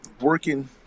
working